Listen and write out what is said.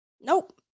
nope